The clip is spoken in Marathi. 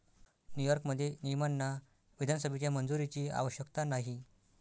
न्यूयॉर्कमध्ये, नियमांना विधानसभेच्या मंजुरीची आवश्यकता नाही